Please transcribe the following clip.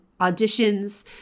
auditions